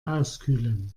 auskühlen